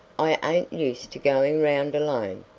i ain't used to going round alone.